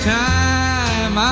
time